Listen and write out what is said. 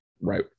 Right